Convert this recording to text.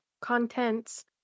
contents